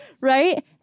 Right